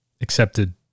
accepted